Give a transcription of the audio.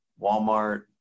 Walmart